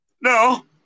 No